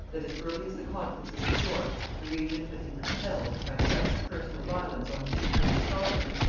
that as early as the conferences at york, the regent had been compelled, by threats of personal violence on his return to scotland,